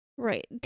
Right